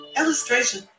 illustration